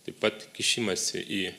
taip pat kišimąsi į